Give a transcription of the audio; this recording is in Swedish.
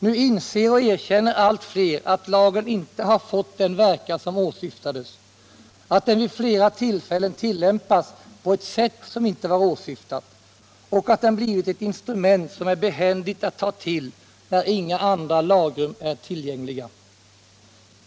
Nu inser och erkänner allt fler att lagen inte har fått den verkan som åsyftades, att den vid flera tillfällen tillämpats på ett sätt som inte var åsyftat och att den blivit ett instrument som är behändigt att ta till när inga andra lagrum är tillgängliga.